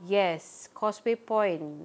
yes causeway point